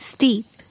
Steep